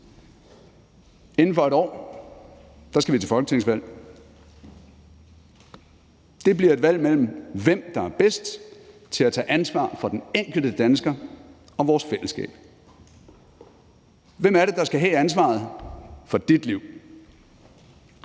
Inden for et år skal vi til folketingsvalg. Det bliver et valg om at vælge, hvem der er bedst til at tage ansvar for den enkelte dansker og vores fællesskab. Hvem er det, der skal have ansvaret for dit liv?